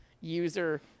User